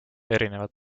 erinevad